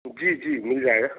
जी जी मिल जाएगा